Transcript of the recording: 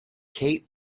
kate